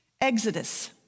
Exodus